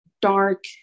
dark